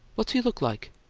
what's he look like?